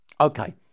Okay